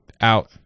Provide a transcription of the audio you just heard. out